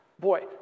Boy